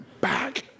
back